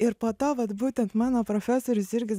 ir po to vat būtent mano profesorius jurgis